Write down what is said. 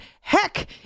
Heck